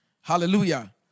hallelujah